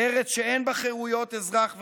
ארץ שאין בה חירויות אזרח ואדם,